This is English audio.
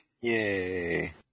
Yay